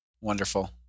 Wonderful